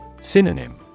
Synonym